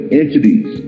entities